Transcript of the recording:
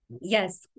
Yes